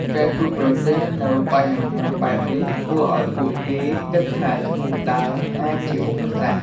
ការជួបប្រទះនូវបញ្ហាបែបនេះ ធ្វើឲ្យពួកគេគិតថាឈ្មោះដើមអាចជាឧបសគ្គ។